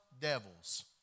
devils